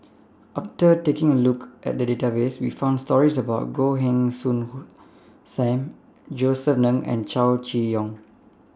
after taking A Look At The Database We found stories about Goh Heng Soon SAM Josef Ng and Chow Chee Yong